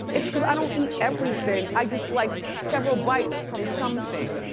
it's cause i don't eat everything. i just like several bites from some things.